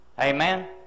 Amen